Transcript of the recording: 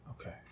Okay